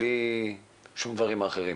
בלי שום דברים אחרים.